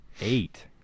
eight